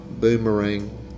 boomerang